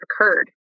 occurred